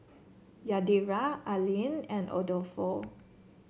Yadira Allean and Adolfo